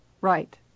Right